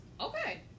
Okay